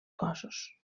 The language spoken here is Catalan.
cossos